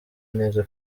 neza